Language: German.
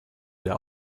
der